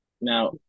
now